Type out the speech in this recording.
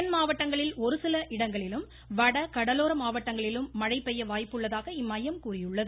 தென் மாவட்டங்களில் ஒருசில இடங்களிலும் வட கடலோர மாவட்டங்களிலும் மழை பெய்ய வாய்ப்புள்ளதாக இம்மையம் கூறியுள்ளது